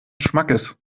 schmackes